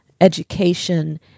education